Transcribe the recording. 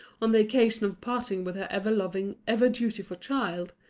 on the occasion of parting with her ever-loving, ever-dutiful child,